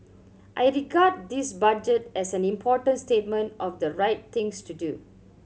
I regard this Budget as an important statement of the right things to do